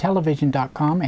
television dot com